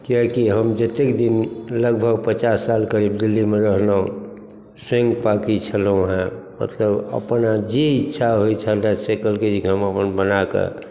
किएक कि हम जते दिन लगभग पचास साल करीब दिल्लीमे रहलहुँ स्वयं पकाबै छलौहँ मतलब अपना जे इच्छा होइ छल से कहलकै जे कि हम अपन बनाकऽ